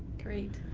great,